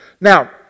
Now